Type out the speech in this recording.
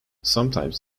sometimes